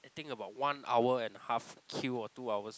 I think about one hour and a half queue or two hours